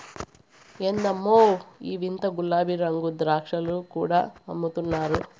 ఎందమ్మో ఈ వింత గులాబీరంగు ద్రాక్షలు కూడా అమ్ముతున్నారు